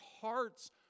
hearts